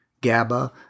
GABA